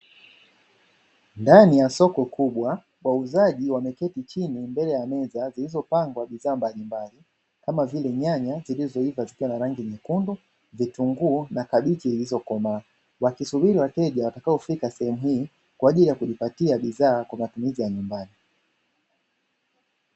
Ndani ya soko kubwa, wauzaji wameketi chini mbele ya meza zilizopangwa bidhaa mbalimbali, kama vile; nyanya zilizoiva zikiwa na rangi nyekundu, vitunguu na kabichi zilizokomaa, wakisubiri wateja watakaofika sehemu hii kwa ajili ya kujipatia bidhaa kwa matumizi ya nyumbani.